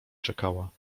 czekała